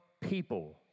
people